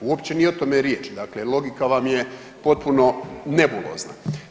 Uopće nije o tome riječ, dakle logika vam je potpuno nebulozna.